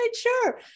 Sure